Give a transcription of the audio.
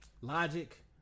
Logic